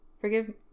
Forgive